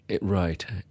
Right